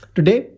Today